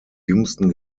jüngsten